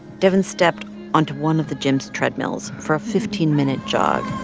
devyn stepped onto one of the gym's treadmills for a fifteen minute jog